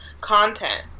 content